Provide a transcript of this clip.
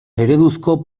ereduzko